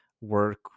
work